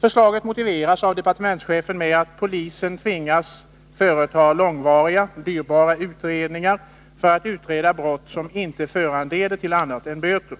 Förslaget motiveras av departementschefen med att polisen tvingas företa långvariga och dyrbara utredningar för att utreda brott som inte föranleder till annat än böter.